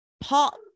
paul